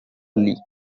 ali